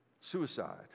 suicide